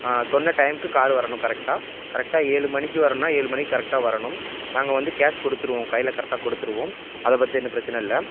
சொன்ன டைம்க்கு கார் வரணும் கரெக்டாக கரெக்டாக ஏழு மணிக்கு வரணும்னால் ஏழு மணிக்கு கரெக்டாக வரணும் நாங்கள் வந்து கேஷ் கொடுத்துடுவோம் கையில் கரெக்டாக கொடுத்துடுவோம் அதை பற்றி எந்த பிரச்சினையும் இல்லை